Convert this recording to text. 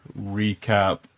recap